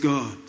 God